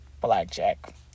blackjack